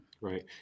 Right